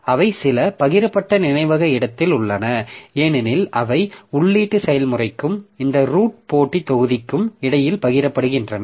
அவை சில பகிரப்பட்ட நினைவக இடத்தில் உள்ளன ஏனெனில் அவை உள்ளீட்டு செயல்முறைக்கும் இந்த ரூட் போட்டி தொகுதிக்கும் இடையில் பகிரப்படுகின்றன